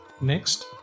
Next